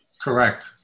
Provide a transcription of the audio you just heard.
Correct